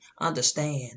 understand